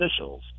officials